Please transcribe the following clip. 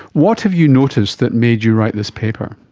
what have you noticed that made you write this paper?